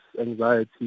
anxiety